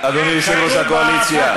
אדוני יושב-ראש הקואליציה.